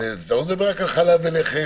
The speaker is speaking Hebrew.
ואני לא מדבר רק על חלב ולחם.